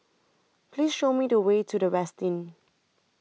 Please Show Me The Way to The Westin